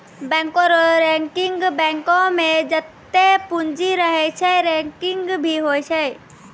बैंको रो रैंकिंग बैंको मे जत्तै पूंजी रहै छै रैंकिंग भी होय छै